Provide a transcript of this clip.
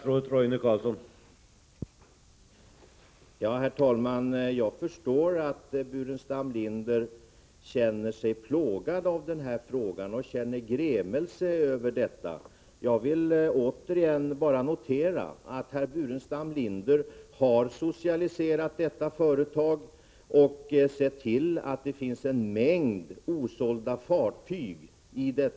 Nr 119 Herr talman! Jag förstår att Staffan Burenstam Linder känner sig plågad av Tisdagen den den här frågan och känner grämelse över den. 16 april 1985 Jag vill återigen notera att herr Burenstam Linder har socialiserat detta företag och sett till att det finns en mängd osålda fartyg i det.